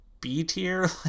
B-tier